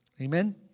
Amen